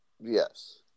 Yes